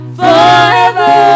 forever